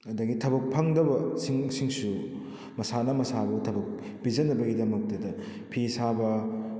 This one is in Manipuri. ꯑꯗꯨꯗꯒꯤ ꯊꯕꯛ ꯐꯪꯗꯕꯁꯤꯡꯁꯤꯁꯨ ꯃꯁꯥꯅ ꯃꯁꯥꯕꯨ ꯊꯕꯛ ꯄꯤꯖꯅꯕꯒꯤꯗꯃꯛꯇꯗ ꯐꯤ ꯁꯥꯕ